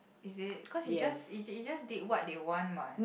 is it cause is just is is just did what they want what